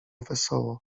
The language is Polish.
wesoło